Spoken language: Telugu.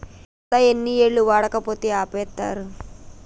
ఖాతా ఎన్ని ఏళ్లు వాడకపోతే ఆపేత్తరు?